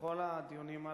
בכל הדיונים הללו,